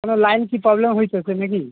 কোনও লাইন কী প্রবলেম হইতেছে না কি